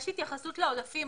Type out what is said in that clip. יש התייחסות לעודפים,